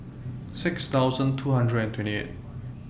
six thousand two hundred and twenty eight